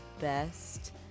best